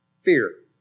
fear